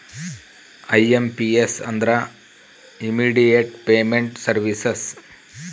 IMPS ಅಂದ್ರ immediate payment services